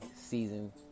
Season